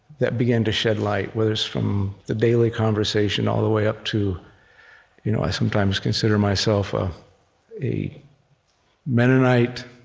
that began to shed light, whether it's from the daily conversation all the way up to you know i sometimes consider myself a mennonite